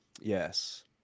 Yes